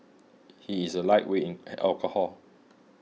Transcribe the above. he is a lightweight in alcohol